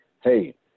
hey